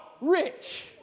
rich